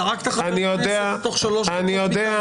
זרקת חבר כנסת תוך שלוש דקות --- גלעד,